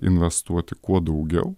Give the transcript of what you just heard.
investuoti kuo daugiau